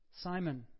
Simon